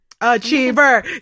achiever